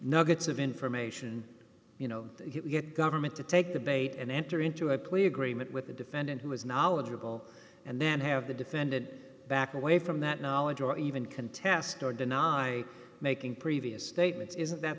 nuggets of information you know get government to take the bait and enter into a plea agreement with the defendant who is knowledgeable and then have the defendant back away from that knowledge or even contest or deny making previous statements isn't that